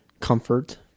comfort